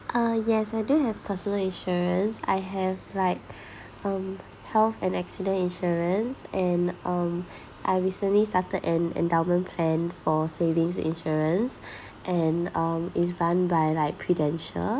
uh yes I do have personal insurance I have like um health and accident insurance and um I recently started an endowment planned for savings insurance and um it's run by like Prudential